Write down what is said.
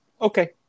okay